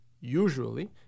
Usually